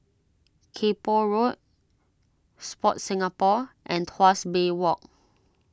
Kay Poh Road Sport Singapore and Tuas Bay Walk